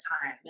time